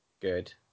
good